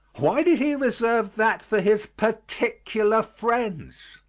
why did he reserve that for his particular friends?